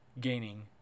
gaining